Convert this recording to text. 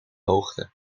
hoogte